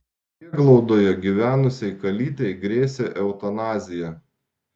prieglaudoje gyvenusiai kalytei grėsė eutanazija